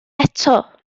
eto